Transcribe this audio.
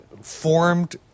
formed